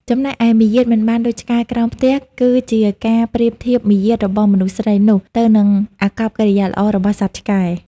ចំណែកឯ "មាយាទមិនបានដូចឆ្កែក្រោមផ្ទះ" គឺជាការប្រៀបធៀបមារយាទរបស់មនុស្សស្រីនោះ ទៅនឹងអាកប្បកិរិយាល្អរបស់សត្វឆ្កែ។